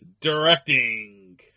Directing